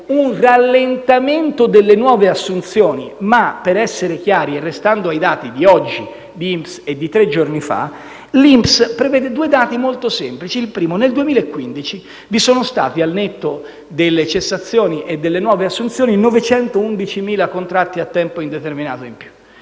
un rallentamento delle nuove assunzioni ma, per essere chiari e restare ai dati di oggi e di tre giorni fa, l'INPS riporta due dati molto semplici: il primo è che nel 2015 vi sono stati, al netto delle cessazioni e delle nuove assunzioni, 911.000 contratti a tempo indeterminato in più